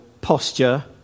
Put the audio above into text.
posture